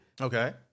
Okay